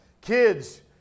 Kids